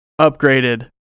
upgraded